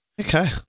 Okay